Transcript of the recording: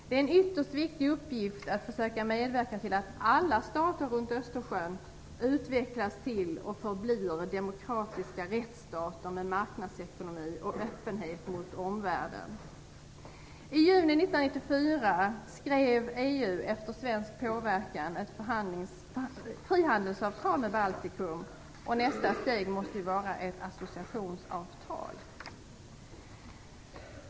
Det är en ytterst viktig uppgift att försöka medverka till att alla stater runt Östersjön utvecklas till och förblir demokratiska rättsstater med marknadsekonomi och öppenhet mot omvärlden. I juni 1994 skrev EU efter svensk påverkan ett frihandelsavtal med Baltikum. Nästa steg måste vara ett associationsavtal.